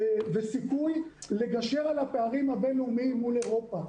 וסיכוי לגשר על הפערים הבין-לאומיים מול אירופה.